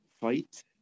Fight